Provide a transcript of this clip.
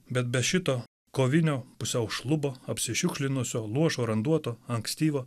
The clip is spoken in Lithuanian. bet be šito kovinio pusiau šlubo apsišiukšlinusio luošo randuoto ankstyvo